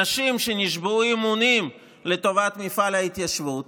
אנשים שנשבעו אמונים לטובת מפעל ההתיישבות